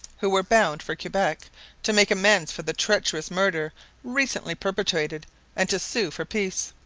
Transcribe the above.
who were bound for quebec to make amends for the treacherous murder recently perpetrated and to sue for peace.